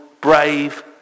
brave